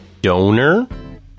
Donor